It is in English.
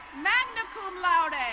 magna cum laude.